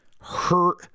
hurt